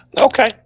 Okay